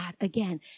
again